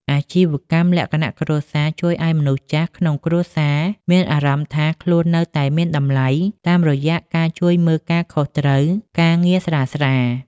អាជីវកម្មលក្ខណៈគ្រួសារជួយឱ្យមនុស្សចាស់ក្នុងគ្រួសារមានអារម្មណ៍ថាខ្លួននៅមានតម្លៃ តាមរយៈការជួយមើលការខុសត្រូវការងារស្រាលៗ។